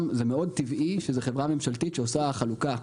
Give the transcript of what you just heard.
זה מאוד טבעי שזו חברה ממשלתית שעושה חלוקה,